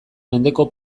mendeko